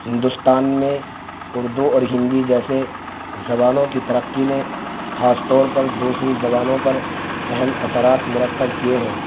ہندوستان میں اردو اور ہندی جیسے زبانوں کی ترقی نے خاص طور پر دوسری زبانوں پر اہم اثرات مرتب کیے ہیں